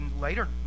later